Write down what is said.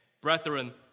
Brethren